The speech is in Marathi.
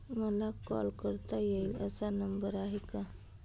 मला कॉल करता येईल असा नंबर आहे का?